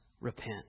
repent